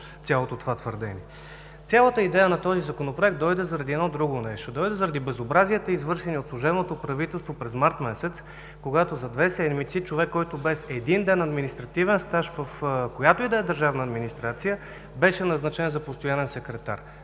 Цялата идея на този Законопроект дойде заради едно друго нещо, дойде заради безобразията, извършени от служебното правителство през март месец, когато за две седмици човек, който без един ден административен стаж, в която и да е държавна администрация, беше назначен за постоянен секретар.